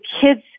kids